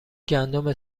گندم